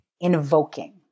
invoking